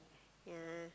yeah